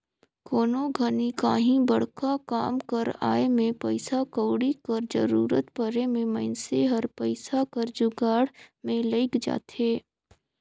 कोनो घनी काहीं बड़खा काम कर आए में पइसा कउड़ी कर जरूरत परे में मइनसे हर पइसा कर जुगाड़ में लइग जाथे